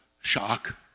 shock